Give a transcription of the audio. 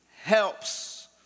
Helps